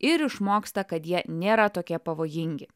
ir išmoksta kad jie nėra tokie pavojingi